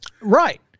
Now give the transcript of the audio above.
Right